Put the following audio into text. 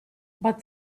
but